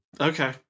okay